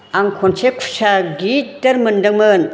आं खनसे खुसिया गिदिर मोनदोंमोन